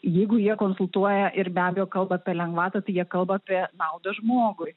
jeigu jie konsultuoja ir be abejo kalba apie lengvatą jie kalba apie naudą žmogui